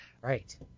right